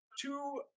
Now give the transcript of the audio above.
two